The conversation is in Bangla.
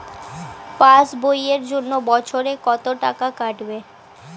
পাস বইয়ের জন্য বছরে কত টাকা কাটবে?